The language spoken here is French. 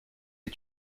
les